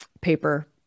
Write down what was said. paper